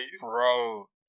bro